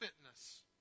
fitness